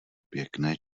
pěkné